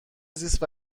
زیست